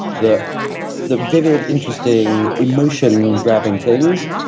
the the vivid interesting emotion grabbing things.